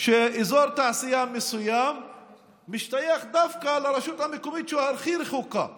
שאזור תעשייה מסוים משתייך דווקא לרשות המקומית שהכי רחוקה ממנו,